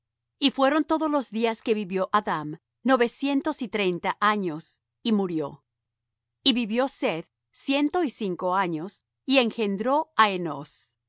y fueron todos los días que vivió adam novecientos y treinta años y murió y vivió seth ciento y cinco años y engendró á